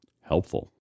Helpful